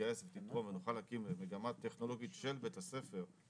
תתגייס ותתרום ונוכל להקים מגמה טכנולוגית של בית הספר,